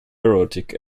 erotic